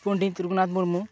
Pandit Raghunath Murmu